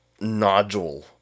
nodule